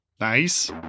Nice